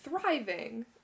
thriving